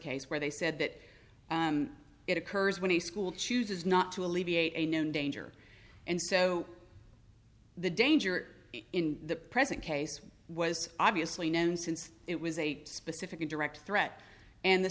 case where they said that it occurs when a school chooses not to alleviate a known danger and so the danger in the present case was obviously known since it was a specific and direct threat and the